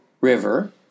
river